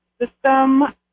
system